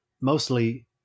mostly